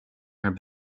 her